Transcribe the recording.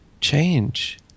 change